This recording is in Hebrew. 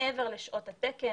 מעבר לשעות התקן,